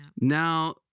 Now